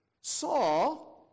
saw